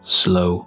slow